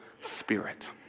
spirit